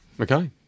okay